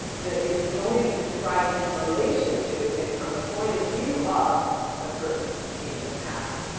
that is can only be described in relation to and from the point of view of the person who came after.